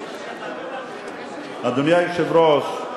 אדוני היושב-ראש,